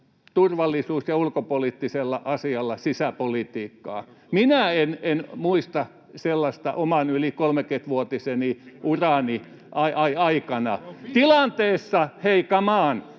turvallisuus‑ ja ulkopoliittisella asialla sisäpolitiikkaa. Minä en muista sellaista oman yli 30-vuotisen urani aikana.